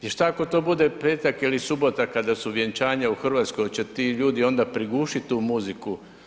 Jer šta ako to bude petak ili subota kada su vjenčanja u Hrvatskoj hoće ti ljudi onda prigušiti tu muziku.